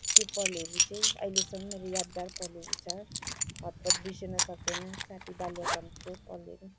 त्यो पलहरू चाहिँ अहिलेसम्म यादगार पलहरू छ हतपत बिर्सन सक्दैन साथी बाल्यकालको पलहरू